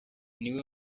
niwe